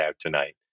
tonight